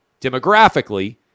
demographically